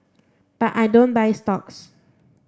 but I don't buy stocks